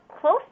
close